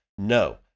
No